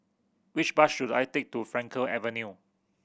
which bus should I take to Frankel Avenue